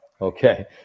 Okay